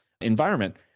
environment